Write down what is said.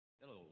Hello